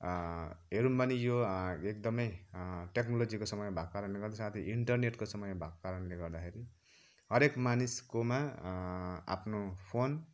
हेरौँ अनि यो एकदमै टेक्नोलोजीको समय भएको कारणले गर्दा साथै इन्टरनेटको समय भएको कारणले गर्दाखेरि हरेक मानिसकोमा आफ्नो फोन